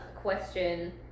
question